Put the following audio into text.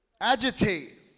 agitate